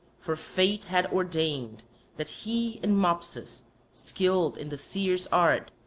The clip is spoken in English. for fate had ordained that he and mopsus, skilled in the seer's art,